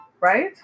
right